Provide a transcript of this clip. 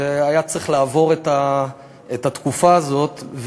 והיה צריך לעבור את התקופה הזאת,